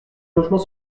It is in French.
logement